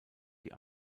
die